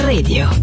Radio